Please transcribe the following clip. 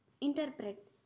interpret